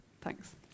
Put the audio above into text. Thanks